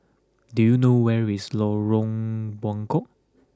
do you know where is Lorong Buangkok